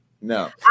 No